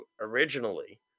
originally